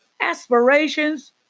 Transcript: aspirations